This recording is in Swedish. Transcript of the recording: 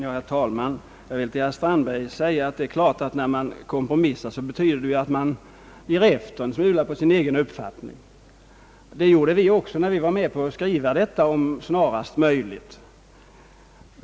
Herr talman! Till herr Strandberg vill jag säga, att när man kompromissar betyder det ju att man ger efter en smula på sin uppfattning. Det gjorde vi också, när vi var med på att skriva »snarast möjligt».